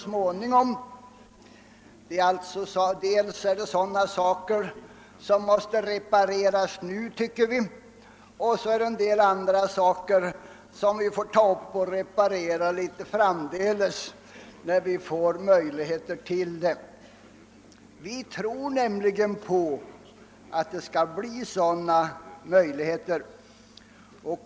Det rör sig dels om bristfälligheter som måste repareras nu, dels om en del bristfälligheter som vi får ta upp och reparera framdeles, när vi får möjligheter till det. Vi tror nämligen att det skall finnas sådana möjligheter.